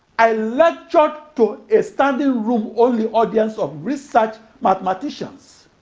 i lectured to a standing-room only audience of research mathematicians.